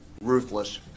ruthless